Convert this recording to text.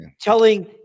Telling